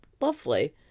Lovely